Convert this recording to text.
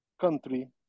country